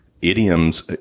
idioms